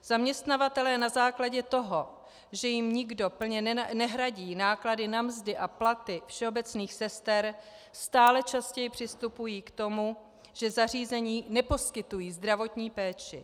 Zaměstnavatelé na základě toho, že jim nikdo plně nehradí náklady na mzdy a platy všeobecných sester, stále častěji přistupují k tomu, že zařízení neposkytují zdravotní péči.